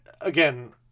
Again